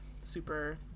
super